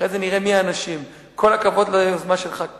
אחרי זה נראה מי האנשים: כל הכבוד ליוזמה של ח"כ פלסנר.